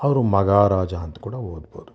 ಅವರು ಮಗ ರಾಜ ಅಂತ ಕೂಡ ಓದ್ಬೋದು